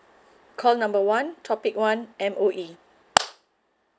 call number one topic one M_O_E